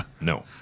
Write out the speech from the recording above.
No